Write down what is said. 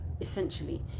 essentially